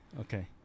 Okay